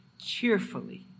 cheerfully